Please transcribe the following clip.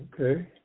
Okay